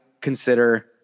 consider